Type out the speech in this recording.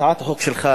הצעת החוק שלך,